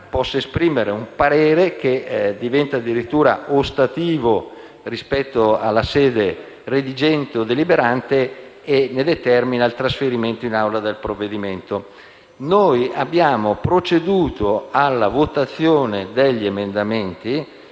possa esprimere un parere che diventa addirittura ostativo rispetto alla sede redigente o deliberante e determina il trasferimento in Aula del provvedimento. Noi abbiamo proceduto alla votazione degli emendamenti